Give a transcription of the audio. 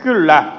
kyllä